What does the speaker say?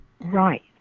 Right